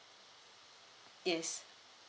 yes